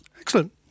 Excellent